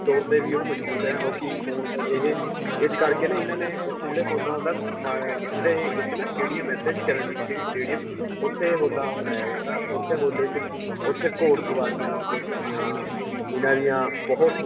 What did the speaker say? ਤੌਰ 'ਤੇ ਵੀ ਉਹ ਮਜ਼ਬੂਤ ਰਹਿਣ ਲੋਕ ਖੂਨ ਇਹ ਇਸ ਕਰਕੇ ਨਾ ਇਹਨਾਂ ਨੇ ਇੱਥੇ ਜਿਹੜੇ ਹੋਲਾ ਹੁੰਦਾ ਮ ਜਿਹੜੇ ਇਹ ਇੱਕ ਨਾ ਸਟੇਡੀਅਮ ਹੈ ਇੱਥੇ ਚਰਨਜੀਤ ਸਿੰਘ ਸਟੇਡੀਅਮ ਉੱਥੇ ਹੋਲਾ ਮਨਾਇਆ ਜਾਂਦਾ ਉੱਥੇ ਹੋਲੇ 'ਚ ਉੱਥੇ ਘੋੜ ਸਵਾਰੀਆਂ ਕੁਸ਼ਤੀਆਂ ਇਹਨਾਂ ਦੀਆਂ ਬਹੁਤ